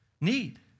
need